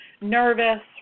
nervous